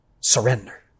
surrender